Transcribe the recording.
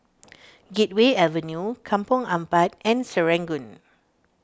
Gateway Avenue Kampong Ampat and Serangoon